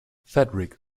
fedric